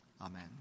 Amen